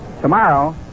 Tomorrow